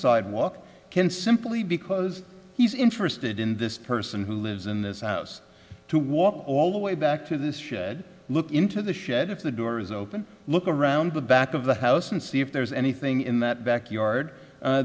sidewalk can simply because he's interested in this person who lives in this house to walk all the way back to this shed look into the shed if the door is open look around the back of the house and see if there's anything in that backyard